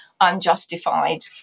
unjustified